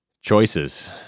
Choices